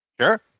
Sure